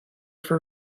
for